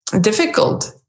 difficult